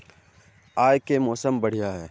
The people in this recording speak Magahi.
आय के मौसम बढ़िया है?